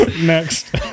Next